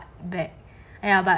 bag !aiya! but